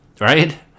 right